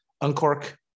Uncork